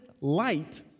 light